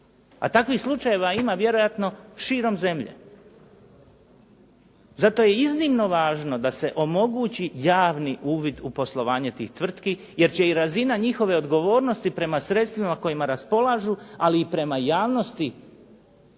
A takvih slučajeva ima vjerojatno širom zemlje. Zato je iznimno važno da se omogući javni uvid u poslovanje tih tvrtki jer će i razina njihove odgovornosti prema sredstvima kojima raspolažu ali i prema javnosti